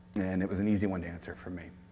and it was an easy one to answer for me.